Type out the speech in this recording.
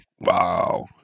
Wow